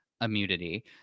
immunity